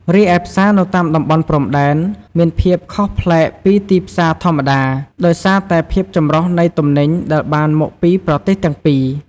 រីឯផ្សារនៅតាមតំបន់ព្រំដែនមាន ភាពខុសប្លែកពីទីផ្សារធម្មតា ដោយសារតែភាពចម្រុះនៃទំនិញដែលបានមកពីប្រទេសទាំងពីរ។